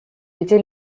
était